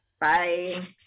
bye